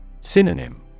Synonym